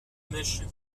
mèche